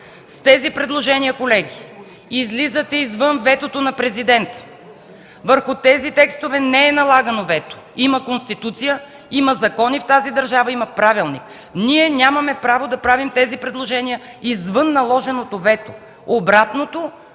с тези предложения излизате извън ветото на Президента. Върху тези текстове не е налагано вето. Има Конституция, има закони в тази държава, има правилник. Ние нямаме право да правим такива предложения извън наложеното вето. Обратното